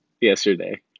yesterday